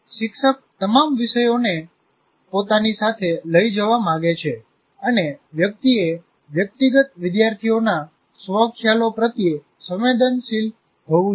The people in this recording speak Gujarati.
શિક્ષક તમામ વિદ્યાર્થીઓને પોતાની સાથે લઈ જવા માંગે છે અને વ્યક્તિએ વ્યક્તિગત વિદ્યાર્થીઓના સ્વ ખ્યાલો પ્રત્યે સંવેદનશીલ હોવું જોઈએ